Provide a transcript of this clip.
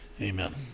Amen